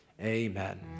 amen